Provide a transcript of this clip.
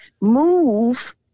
move